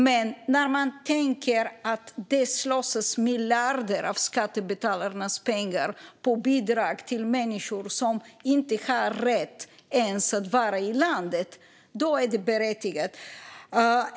Men när man tänker på att miljarder av skattebetalarnas pengar slösas på bidrag till människor som inte har rätt att ens vara i landet är det berättigat.